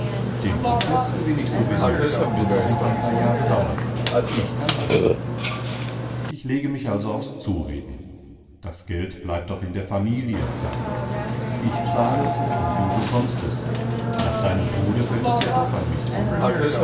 den prozeß gewinn ich sowieso wenn's auch noch ein paar jahre dauert ich kann warten ich lege mich also aufs zureden das geld bleibt doch in der familie sag ich ich zahl es und du bekommst es nach deinem tode fällt es ja doch an mich zurück